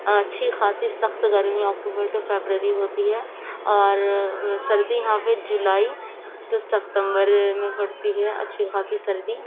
اچھی خاصی سخت گرمی اکٹوبر ٹو فیبرری ہوتی ہے اور سردی یہاں پہ جولائی ٹو سپتمبر میں پڑتی ہے اچھی خاصی سردی